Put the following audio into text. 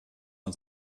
man